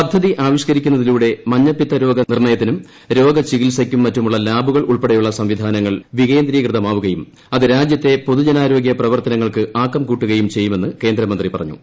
പദ്ധതി ആവിഷ്ക്കരിക്കുന്നത്രിലൂട്ടെ മഞ്ഞപ്പിത്ത രോഗ നിർണയത്തിനും രോഗ ച്ചികീൽസയ്ക്കും മറ്റുമുള്ള ലാബുകൾ ഉൾപ്പെടെയുള്ള സംവിധാനുങ്ങൾ വികേന്ദ്രീകൃതമാവുകയും അത് രാജ്യത്തെ പൊതുജനാരോഗ്യ പ്രവർത്തനങ്ങൾക്ക് ആക്കം കൂട്ടുകയും ചെയ്യുമെന്ന് കേന്ദ്ര മന്ത്രി പറഞ്ഞു